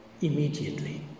Immediately